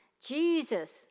Jesus